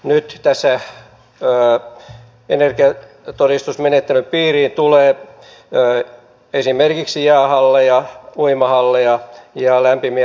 nyt tässä energiatodistusmenettelyn piiriin tulee esimerkiksi jäähalleja uimahalleja ja lämpimiä varastoja